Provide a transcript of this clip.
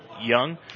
Young